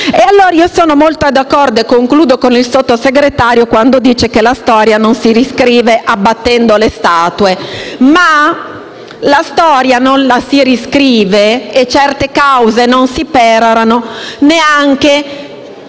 fenomeni. Io sono molto d'accordo con il Sottosegretario quando dice che la storia non si riscrive abbattendo le statue. Ma non la si riscrive e certe cause non si perorano neanche